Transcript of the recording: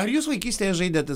ar jūs vaikystėje žaidėte